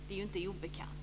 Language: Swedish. Det är inte obekant.